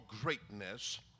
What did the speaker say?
greatness